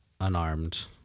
Unarmed